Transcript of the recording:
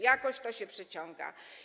Jakoś to się przeciąga.